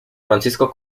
francisco